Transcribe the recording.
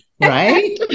Right